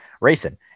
racing